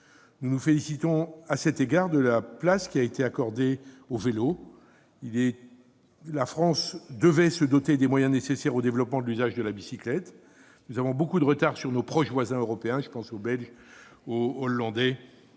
Nous nous félicitons, à cet égard, de la place qui a été accordée au vélo. La France devait se doter des moyens nécessaires au développement de l'usage de la bicyclette. Nous avons beaucoup de retard sur nos proches voisins européens ; je penche aux Belges, aux Hollandais